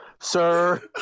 Sir